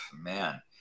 man